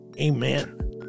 Amen